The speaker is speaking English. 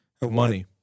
Money